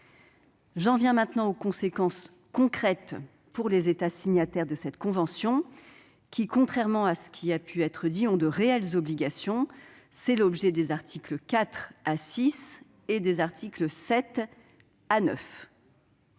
J'en viens maintenant aux conséquences concrètes pour les États signataires de cette convention qui, contrairement à ce qui a pu être dit, sont soumis à de réelles obligations. C'est l'objet des articles 4 à 6 et des articles 7 à 9.